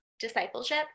discipleship